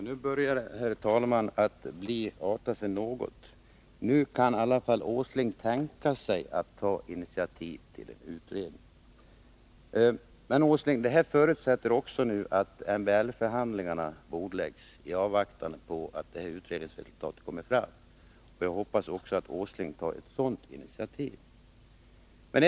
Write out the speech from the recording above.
Herr talman! Nu börjar det arta sig något — nu kan Nils Åsling i alla fall tänka sig att ta initiativ till en utredning. Men det förutsätter, Nils Åsling, att MBL-förhandlingarna bordläggs i avvaktan på att utredningsresultatet kommer fram. Jag hoppas att Nils Åsling tar också ett sådant initiativ.